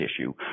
issue